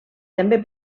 també